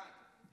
כאן.